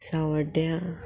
सांवड्ड्या